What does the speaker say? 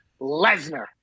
Lesnar